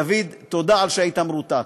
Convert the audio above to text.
דוד, תודה על שהיית מרותק.